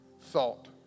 thought